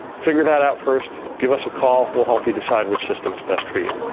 figure that out first. give us a call. we'll help you decide which system's best for you.